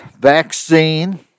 vaccine